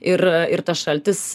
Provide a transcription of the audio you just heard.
ir ir tas šaltis